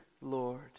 Lord